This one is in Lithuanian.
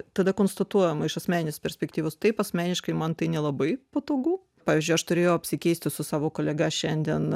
tada konstatuojama iš asmeninės perspektyvos taip asmeniškai man tai nelabai patogu pavyzdžiui aš turėjau apsikeisti su savo kolega šiandien